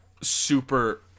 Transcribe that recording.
super